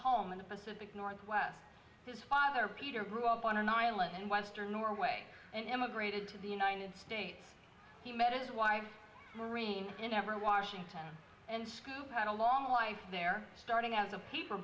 home in the pacific northwest his father peter grew up on an island western norway and emigrated to the united states he met his wife marina in everett washington and scooped out a long life there starting as the paper